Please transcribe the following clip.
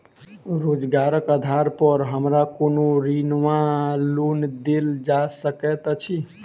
रोजगारक आधार पर हमरा कोनो ऋण वा लोन देल जा सकैत अछि?